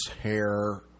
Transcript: hair